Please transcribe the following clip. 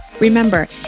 Remember